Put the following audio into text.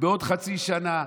בעוד חצי שנה,